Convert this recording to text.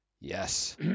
Yes